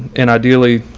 and ideally,